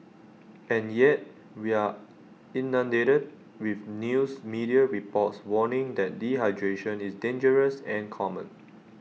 and yet we are inundated with news media reports warning that dehydration is dangerous and common